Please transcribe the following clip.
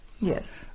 Yes